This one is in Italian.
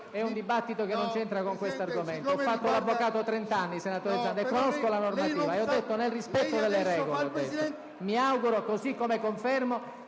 è un dibattito che non c'entra con questo argomento. Ho fatto l'avvocato per trent'anni e conosco la normativa. Ho parlato di rispetto delle regole. Mi auguro, e lo confermo,